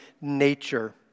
nature